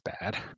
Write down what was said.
bad